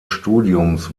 studiums